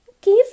Give